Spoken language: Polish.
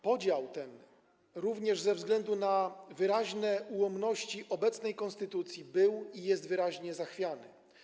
Podział ten, również ze względu na wyraźne ułomności obecnej konstytucji, był i jest wyraźnie zachwiany.